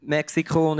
Mexico